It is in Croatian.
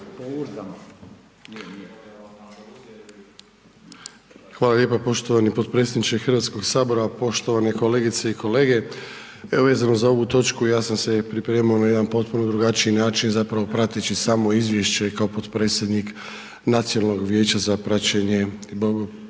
Hvala lijepa poštovani potpredsjedniče HS. Poštovane kolegice i kolege, evo vezano za ovu točku ja sam se pripremao na jedan potpuno drugačiji način, zapravo prateći samo izvješće i kao potpredsjednik Nacionalnog vijeća za praćenje